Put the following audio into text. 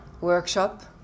workshop